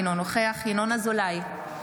אינו נוכח ינון אזולאי,